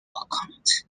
account